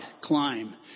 climb